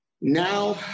now